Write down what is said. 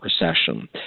recession